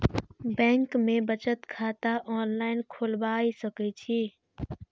Bank में बचत खाता ऑनलाईन खोलबाए सके छी?